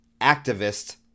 activist